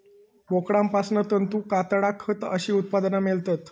बोकडांपासना तंतू, कातडा, खत अशी उत्पादना मेळतत